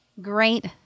great